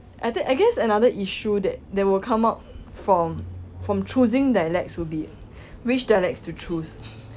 I think I guess another issue that they will come up from from choosing dialects will be which dialects to choose